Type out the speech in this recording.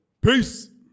Peace